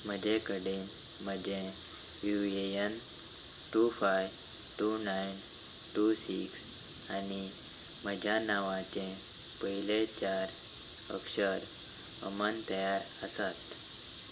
म्हजे कडेन म्हजें U A N two five two nine two six आनी म्हज्या नांवाचें पयले चार अक्षर अमन तयार आसात